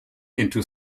into